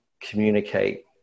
communicate